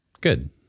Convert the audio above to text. Good